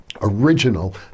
original